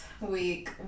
week